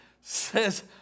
says